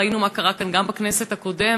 ראינו מה קרה כאן גם בכנסת הקודמת,